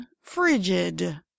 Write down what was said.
frigid